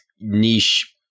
niche